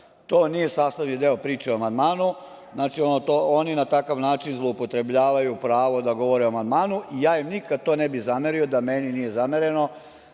To nije sastavni deo priče o amandmanu i oni na takav način zloupotrebljavaju pravo da govore o amandmanu. Ja im nikad to ne bih zamerio, da meni nije zamereno.